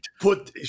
Put